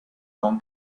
con